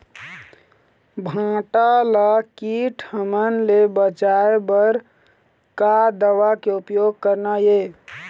भांटा ला कीट हमन ले बचाए बर का दवा के उपयोग करना ये?